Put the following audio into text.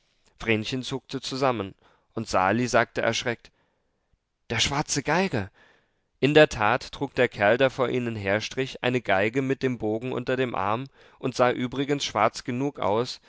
vrenchen zuckte zusammen und sali sagte erschreckt der schwarze geiger in der tat trug der kerl der vor ihnen herstrich eine geige mit dem bogen unter dem arm und sah übrigens schwarz genug aus